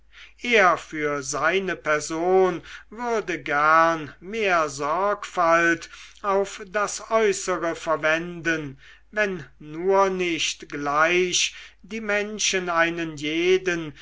er für seine person würde gern mehr sorgfalt auf das äußere verwenden wenn nur nicht gleich die menschen einen jeden